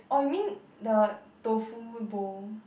oh you mean the tofu bowl